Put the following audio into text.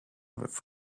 with